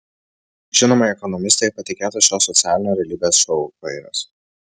žinomai ekonomistei patikėtas šio socialinio realybės šou vairas